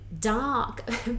dark